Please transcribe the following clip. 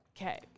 Okay